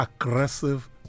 aggressive